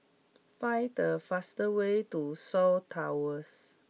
find the fast way to Shaw Towers